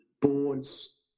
boards